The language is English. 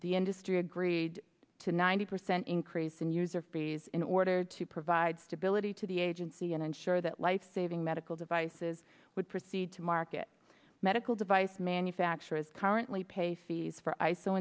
the industry agreed to ninety percent increase in user fees in order to provide stability to the agency and ensure that life saving medical devices would proceed to market medical device manufacturers currently pay fees for i